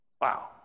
Wow